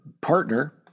partner